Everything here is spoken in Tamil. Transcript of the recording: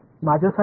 மாணவர்E 2